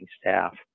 staff